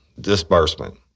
disbursement